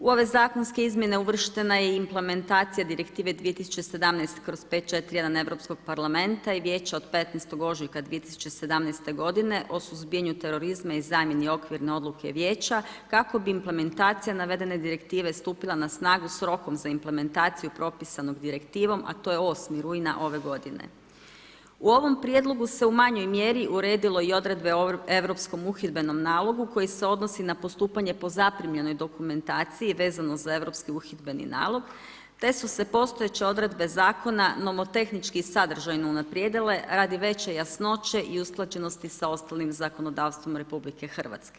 U ove zakonske izmjene uvrštena je i implementacija direktive 2017/541 Europskog parlamenta i Vijeća od 15. ožujka 2017. g. o suzbijanju terorizma i zamjeni okvirne odluke vijeća kako bi implementacija navedene direktive stupila na snagu sa rokom za implementaciju propisanom direktivom a to je 8. rujna ove g. U ovom prijedlogu se u manjoj mjeri odredilo i odredbe europskom uljudbenom nalogu, koji se odnosi na postupanje po zaprimljenoj dokumentaciji, vezano za europski uljudbeni nalog, te su se postojeće odredbe zakona, nomotehnički i sadržajno unaprijedile radi veće jasnoće i usklađenosti sa ostalim zakonodavstvom RH.